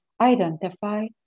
identify